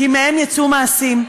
כי מהן יצאו מעשים.